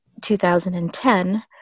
2010